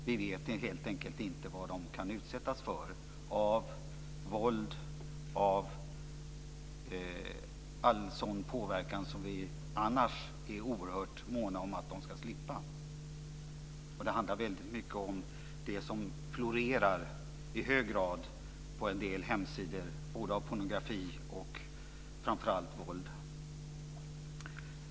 Vi vet helt enkelt inte vad de kan utsättas för av våld och all sådan påverkan som vi annars är oerhört måna om att de ska slippa. Det florerar på en del hemsidor väldigt mycket både av pornografi och framför allt av våld.